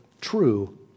true